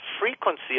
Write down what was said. frequency